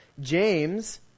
James